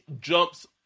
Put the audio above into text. jumps